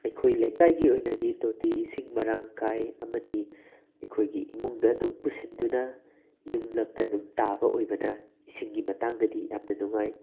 ꯑꯩꯈꯣꯏ ꯂꯥꯀꯥꯏꯒꯤ ꯑꯣꯏꯅꯗꯤ ꯇꯣꯇꯤ ꯏꯁꯤꯡ ꯃꯔꯥꯡ ꯀꯥꯏ ꯑꯃꯗꯤ ꯑꯩꯈꯣꯏꯒꯤ ꯏꯃꯨꯡꯗ ꯑꯗꯨꯝ ꯄꯨꯁꯤꯟꯗꯨꯅ ꯌꯨꯝꯂꯛꯇ ꯑꯗꯨꯝ ꯇꯥꯕ ꯑꯣꯏꯕꯅ ꯏꯁꯤꯡꯒꯤ ꯃꯇꯥꯡꯗꯗꯤ ꯌꯥꯝꯅ ꯅꯨꯉꯥꯏ